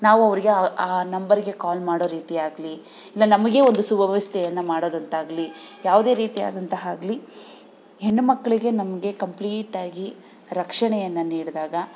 ನಾವು ಅವರಿಗೆ ಆ ಆ ನಂಬರಿಗೆ ಕಾಲ್ ಮಾಡೋ ರೀತಿಯಾಗಲಿ ಇಲ್ಲ ನಮಗೆ ಒಂದು ಸುವ್ಯವಸ್ಥೆಯನ್ನ ಮಾಡೋದಂತಾಗಲಿ ಯಾವುದೇ ರೀತಿಯಾದಂತಹ ಆಗಲಿ ಹೆಣ್ಣು ಮಕ್ಕಳಿಗೆ ನಮಗೆ ಕಂಪ್ಲೀಟಾಗಿ ರಕ್ಷಣೆಯನ್ನು ನೀಡಿದಾಗ